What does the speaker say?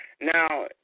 Now